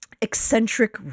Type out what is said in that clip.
eccentric